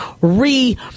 re